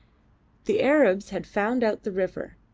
the arabs had found out the river,